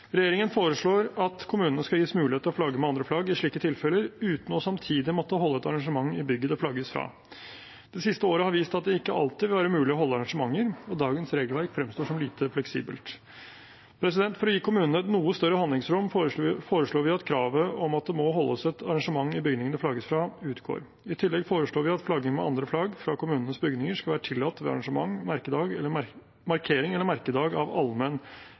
å flagge med andre flagg i slike tilfeller, uten samtidig å måtte holde et arrangement i bygget det flagges fra. Det siste året har vist at det ikke vil være mulig å holde arrangementer, og dagens regelverk fremstår som lite fleksibelt. For å gi kommunene et noe større handlingsrom foreslår vi at kravet om at det må holdes et arrangement i bygningen det flagges fra, utgår. I tillegg foreslår vi at flagging med andre flagg fra kommunenes bygninger skal være tillatt ved arrangement, markering eller merkedag av allmenn